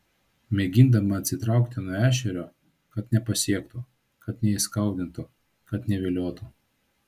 mėgindama atsitraukti nuo ešerio kad nepasiektų kad neįskaudintų kad neviliotų